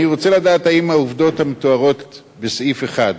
אני רוצה לדעת אם העובדות המתוארות בסעיף 1,